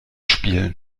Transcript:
spielen